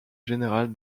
général